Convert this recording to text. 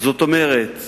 זאת אומרת